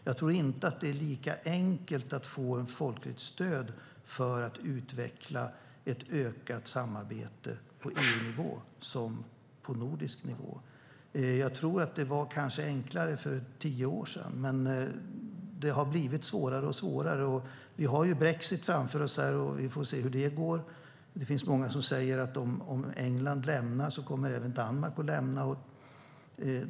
Jag tror inte att det är lika enkelt att få ett folkligt stöd för att utveckla ett ökat samarbete på EU-nivå som på nordisk nivå. Jag tror att det kanske var enklare för tio år sedan, men det har blivit svårare och svårare. Vi har brexit framför oss. Vi får se hur det går. Det finns många som säger att om England lämnar EU kommer även Danmark att lämna EU.